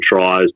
tries